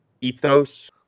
ethos